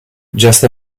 just